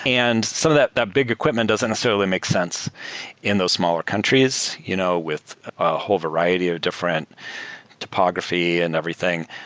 and some of that that big equipment doesn't necessarily make sense in those smaller countries you know with a whole variety of different topography and everything.